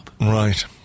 right